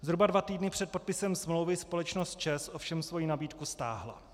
Zhruba dva týdny před podpisem smlouvy společnost ČEZ ovšem svoji nabídku stáhla.